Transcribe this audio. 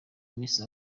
misi